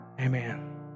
Amen